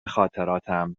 خاطراتم